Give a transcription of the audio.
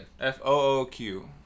F-O-O-Q